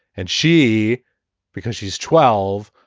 and she because she's twelve.